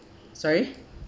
sorry